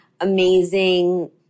amazing